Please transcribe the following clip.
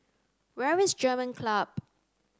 where is German Club